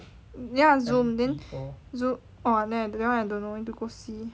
ya Zoom then Zoom orh then that [one] I don't know I need to go see